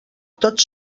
tots